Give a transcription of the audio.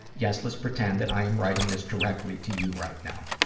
yes, let's pretend that i am writing this directly to you right now.